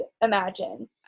imagine